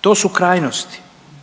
to su krajnosti,